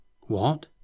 What